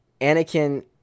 Anakin